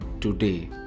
today